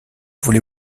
voulez